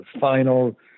final